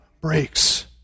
breaks